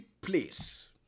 place